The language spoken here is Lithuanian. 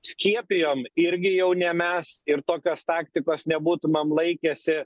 skiepijom irgi jau ne mes ir tokios taktikos nebūtumėm laikęsi